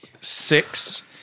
six